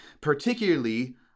particularly